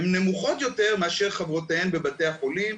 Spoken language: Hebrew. הן נמוכות יותר מאשר חברותיהן בבתי החולים.